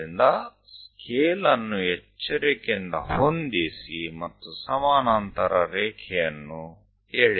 તો કાળજીપૂર્વક માપપટ્ટીને અનુકૂળ કરો અને સમાંતર લીટી દોરો